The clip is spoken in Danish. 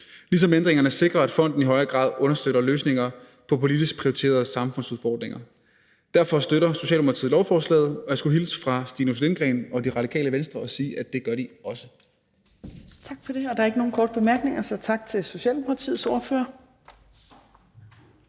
ligesom ændringerne sikrer, at fonden i højere grad understøtter løsninger på politisk prioriterede samfundsudfordringer. Derfor støtter Socialdemokratiet lovforslaget, og jeg skulle hilse fra Stinus Lindgreen og Det Radikale Venstre og sige, at det gør de også.